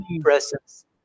presence